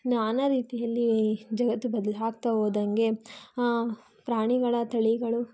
ನಾನಾ ರೀತಿಯಲ್ಲಿ ಜಗತ್ತು ಬದಲಾಗ್ತಾ ಹೋದಾಗೆ ಪ್ರಾಣಿಗಳ ತಳಿಗಳು